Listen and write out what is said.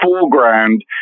foreground